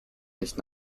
nicht